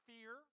Fear